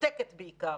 שותקת בעיקר.